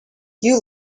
you